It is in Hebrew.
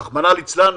רחמנא לצלן,